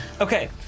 Okay